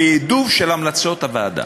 תעדוף של המלצות הוועדה.